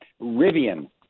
Rivian